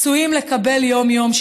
פצועים לקבל יום-יום,